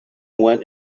went